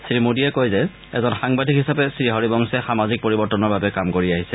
শ্ৰীমোডীয়ে কয় এজন সাংবাদিক হিচাপে শ্ৰীহৰিবংশে সামাজিক পৰিৱৰ্তনৰ বাবে কাম কৰি আহিছে